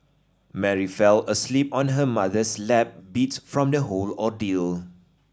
Mary fell asleep on her mother's lap beat from the whole ordeal